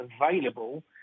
available